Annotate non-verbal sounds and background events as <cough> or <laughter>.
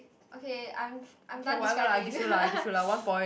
okay I'm I'm done describing <laughs>